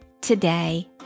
today